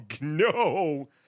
no